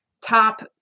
top